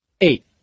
Eight